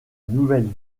nouvelle